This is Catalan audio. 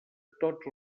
tots